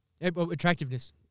Attractiveness